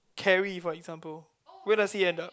Terry for example where does he end up